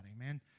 Amen